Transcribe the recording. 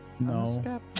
No